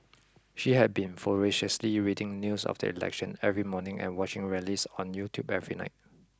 she had been voraciously reading news of the election every morning and watching rallies on YouTube every night